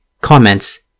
Comments